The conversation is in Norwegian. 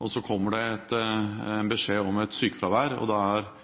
og så kommer det en beskjed om et sykefravær, og da er